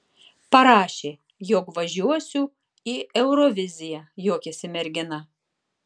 parašė jog važiuosiu į euroviziją juokėsi mergina